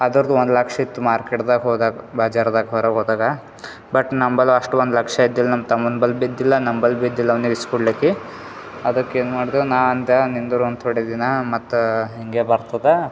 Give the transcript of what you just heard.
ಅದ್ರದು ಒಂದು ಲಕ್ಷ ಇತ್ತು ಮಾರ್ಕೆಟ್ದಾಗೆ ಹೋದಾಗ ಬಜಾರ್ದಾಗೆ ಹೊರ ಹೋದಾಗ ಬಟ್ ನಮ್ಮ ಬಳಿ ಅಷ್ಟು ಒಂದು ಲಕ್ಷ ಇದ್ದಿಲ್ಲ ನಮ್ಮ ತಮ್ಮನ ಬಳಿ ಬಿ ಇದ್ದಿಲ್ಲ ನಮ್ಮ ಬಳಿ ಬಿ ಇದ್ದಿಲ್ಲ ಅವ್ನಿಗೆ ಇಸ್ಕೊಡಲಿಕ್ಕೆ ಅದಕ್ಕೇ ಏನು ಮಾಡ್ದೆ ನಾ ಅಂದೆ ನಿಂದಿರು ಅಂತ ತೋಡೆ ದಿನ ಮತ್ತು ಹಿಂಗೇ ಬರ್ತದ